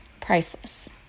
Priceless